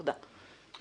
תודה.